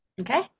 Okay